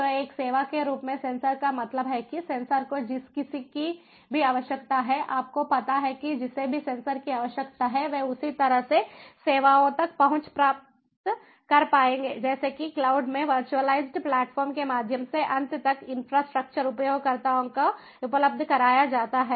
तो एक सेवा के रूप में सेंसर का मतलब है कि सेंसर को जिस किसी की भी आवश्यकता है आपको पता है कि जिसे भी सेंसर की आवश्यकता है वे उसी तरह से सेवाओं तक पहुंच प्राप्त कर पाएंगे जैसे कि क्लाउड में वर्चुअलाइज्ड प्लेटफॉर्म के माध्यम से अंत तक इंफ्रास्ट्रक्चर उपयोगकर्ताओं को उपलब्ध कराया जाता हैं